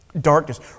Darkness